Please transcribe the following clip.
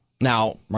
now